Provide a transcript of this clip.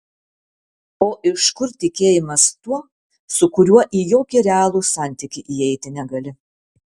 o iš kur tikėjimas tuo su kuriuo į jokį realų santykį įeiti negali